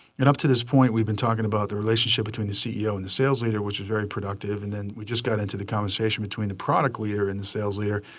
and up to this point, we've been talking about the relationship between the ceo and the sales leader, which was very productive. and then we just got into the conversation between the product leader and the sales leader.